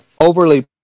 overly